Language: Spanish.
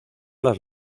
las